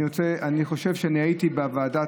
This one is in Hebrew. אני חושב שאני הייתי בוועדה